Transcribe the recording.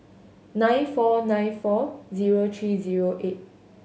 nine four nine four zero three zero eight